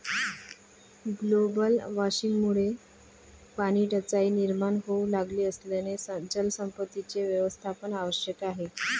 global वॉर्मिंगमुळे पाणीटंचाई निर्माण होऊ लागली असल्याने जलसंपत्तीचे व्यवस्थापन आवश्यक आहे